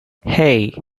hey